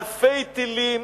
אלפי טילים